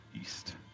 east